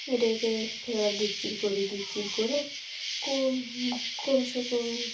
এটাকে ফের আবার বিক্রি করি বিক্রি করে কম কমসে কম